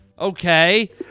Okay